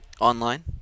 online